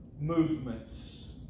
movements